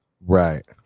Right